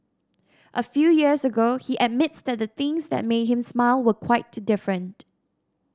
a few years ago he admits that the things that made him smile were quite different